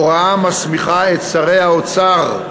הוראה המסמיכה את שרי האוצר,